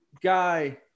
guy